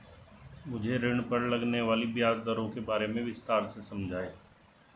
मुझे ऋण पर लगने वाली ब्याज दरों के बारे में विस्तार से समझाएं